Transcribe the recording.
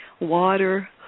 Water